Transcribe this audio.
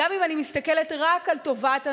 גם אם אני מסתכלת רק על טובת הנשים,